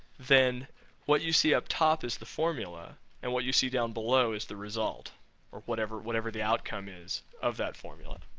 then what you see up top is the formula and what you see down below is the result of whatever whatever the outcome is of that formula.